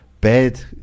bad